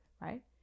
right